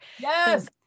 Yes